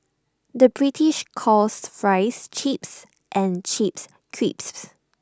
the British calls Fries Chips and crisps